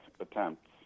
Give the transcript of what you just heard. attempts